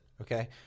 Okay